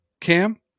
cam